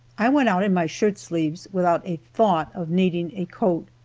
i went out in my shirt sleeves, without a thought of needing a coat.